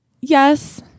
Yes